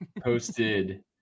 Posted